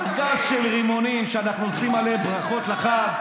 ארגז של רימונים שאנחנו עושים עליהם ברכות לחג.